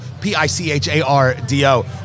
P-I-C-H-A-R-D-O